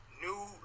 new